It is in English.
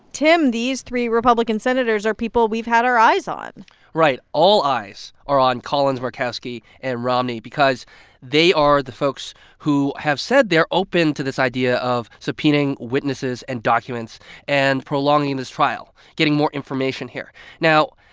tim, these three republican senators are people we've had our eyes on right. all eyes are on collins, murkowski and romney because they are the folks who have said they're open to this idea of subpoenaing witnesses and documents and prolonging this trial, getting more information here now,